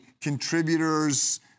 contributors